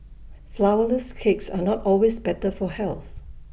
Flourless Cakes are not always better for health